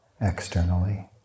externally